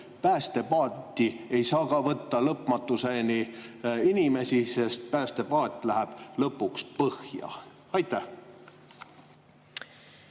päästepaati ei saa võtta lõpmatuseni inimesi, sest päästepaat läheb lõpuks põhja? Aitäh!